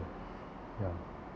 ya